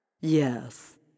Yes